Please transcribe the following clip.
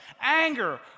anger